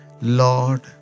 Lord